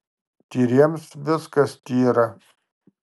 tyriems viskas tyra